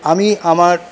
আমি আমার